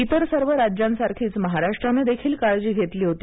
इतर सर्व राज्यांसारखीच महाराष्ट्राने देखील काळजी घेतली होती